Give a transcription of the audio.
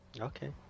Okay